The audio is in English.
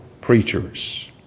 preachers